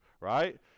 right